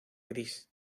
gris